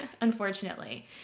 unfortunately